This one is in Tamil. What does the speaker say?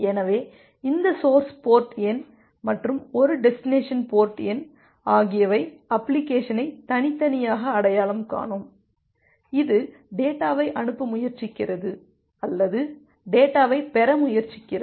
எனவே இந்த சோர்ஸ் போர்ட் எண் மற்றும் ஒரு டெஸ்டினேசன் போர்ட் எண் ஆகியவை அப்ளிகேஷனை தனித்தனியாக அடையாளம் காணும் இது டேட்டாவை அனுப்ப முயற்சிக்கிறது அல்லது டேட்டாவைப் பெற முயற்சிக்கிறது